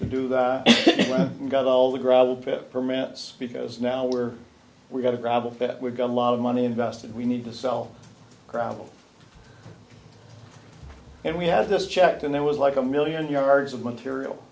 to do that and got all the gravel pit permits because now we're we've got a gravel pit we've got a lot of money invested we need to sell gravel and we had this checked and there was like a million yards of material